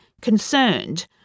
Concerned